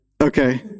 okay